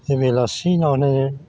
बे बेलासिनानो